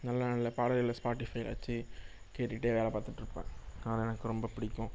நல்ல நல்ல பாடல்களை ஸ்பாட்டிஃபைல வச்சு கேட்டுக்கிட்டே வேலை பார்த்துட்ருப்பேன் அதெலாம் எனக்கு ரொம்ப பிடிக்கும்